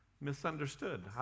misunderstood